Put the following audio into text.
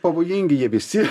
pavojingi jie visi